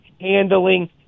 handling